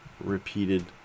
repeated